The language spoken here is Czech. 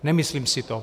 Nemyslím si to.